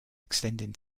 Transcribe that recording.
extending